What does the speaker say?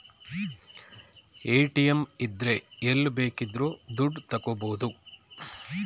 ATM ಇದ್ರೆ ಎಲ್ಲ್ ಬೇಕಿದ್ರು ದುಡ್ಡ ತಕ್ಕಬೋದು